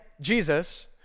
Jesus